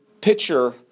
pitcher